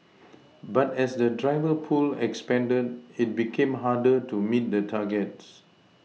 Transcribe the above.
but as the driver pool expanded it became harder to meet the targets